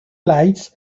lights